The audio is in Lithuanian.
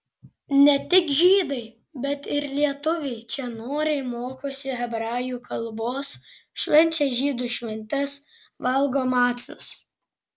ne tik žydai bet ir lietuviai čia noriai mokosi hebrajų kalbos švenčia žydų šventes valgo macus